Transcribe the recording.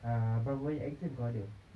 uh berapa banyak exam kau ada